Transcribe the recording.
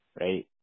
right